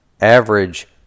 average